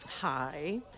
hi